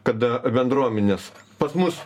kada bendruomenės pas mus